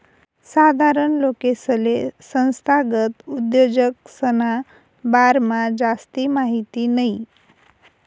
साधारण लोकेसले संस्थागत उद्योजकसना बारामा जास्ती माहिती नयी